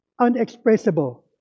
unexpressible